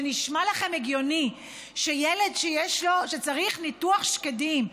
זה נשמע לכם הגיוני שילד שצריך ניתוח שקדים,